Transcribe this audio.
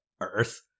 earth